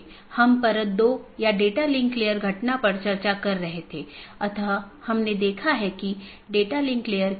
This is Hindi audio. जैसा कि हम पिछले कुछ लेक्चरों में आईपी राउटिंग पर चर्चा कर रहे थे आज हम उस चर्चा को जारी रखेंगे